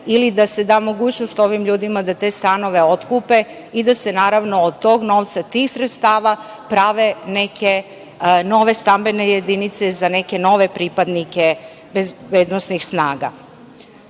ili da se da mogućnost ovim ljudima da te stanove otkupe i da se, naravno, od tog novca, tih sredstava prave neke nove stambene jedinice za neke nove pripadnike bezbednosnih